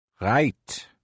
Right